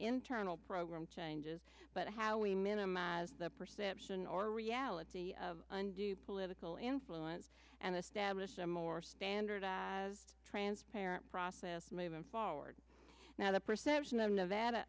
internal program changes but how we minimize the perception or reality of un do political influence and establish a more standard a transparent process moving forward now the perception of nevada